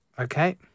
Okay